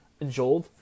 enjoyed